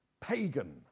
pagan